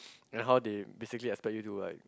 and how they basically expect you to like